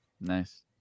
Nice